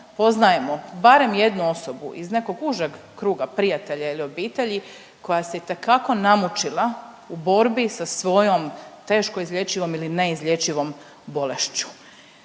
poznajemo barem jednu osobu iz nekog užeg kruga prijatelja ili obitelji koja se itekako namučila u borbi sa svojom teško izlječivom ili neizlječivom bolešću.